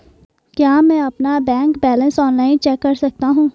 क्या मैं अपना बैंक बैलेंस ऑनलाइन चेक कर सकता हूँ?